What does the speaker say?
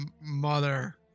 mother